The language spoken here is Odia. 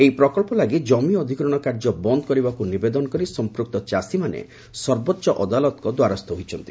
ଏହି ପ୍ରକଳ୍ପ ଲାଗି ଜମି ଅଧିଗ୍ରହଣ କାର୍ଯ୍ୟ ବନ୍ଦ କରିବାକୁ ନିବେଦନ କରି ସମ୍ପୂକ୍ତ ଚାଷୀମାନେ ସର୍ବୋଚ୍ଚ ଅଦାଲତଙ୍କ ଦ୍ୱାରସ୍ଥ ହୋଇଛନ୍ତି